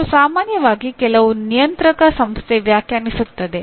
ಇದನ್ನು ಸಾಮಾನ್ಯವಾಗಿ ಕೆಲವು ನಿಯಂತ್ರಕ ಸಂಸ್ಥೆ ವ್ಯಾಖ್ಯಾನಿಸುತ್ತದೆ